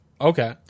Okay